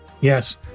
Yes